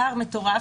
פער מטורף,